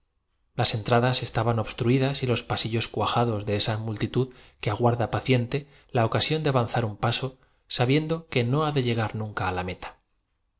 esas caras truidas y los pasillos cuajados de esa multitud que que parecen hechas bajo la influencia del nombre del aguarda paciente la ocasión de avanzar un paso sa que las hade ostentar en suma era biendo que no ha de llegar nunca á la meta